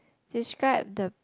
describe the